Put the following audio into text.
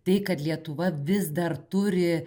tai kad lietuva vis dar turi